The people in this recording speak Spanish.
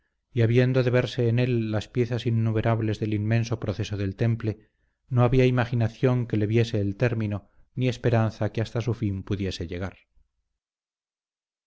y habiendo de verse en él las piezas innumerables del inmenso proceso del temple no había imaginación que le viese el término ni esperanza que hasta su fin pudiese llegar